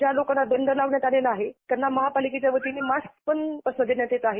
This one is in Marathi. ज्या लोकांना दंड लावण्यात आलेला आहे त्यांना महापालिकेच्या वतीने मास्कपण देण्यात येत आहेत